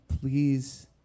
please